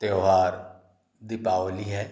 त्यौहार दीपावली है